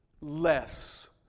less